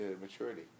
maturity